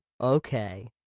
okay